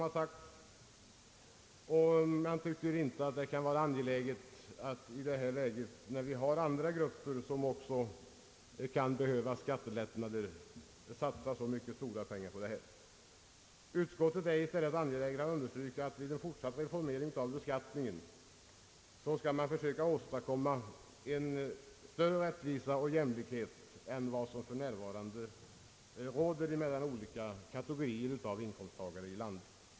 Utskottet har ansett att det inte är angeläget att i ett läge, där andra grupper också kan behöva skattelättnader, satsa så mycket pengar på detta. Utskottet understryker att man vid den fortsatta reformeringen av beskattningen bör försöka åstadkomma större rättvisa och jämlikhet än vad som för närvarande råder mellan olika kategorier av inkomsttagare i landet.